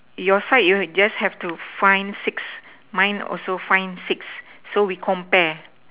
your side you just have to find six mine also find six so we compare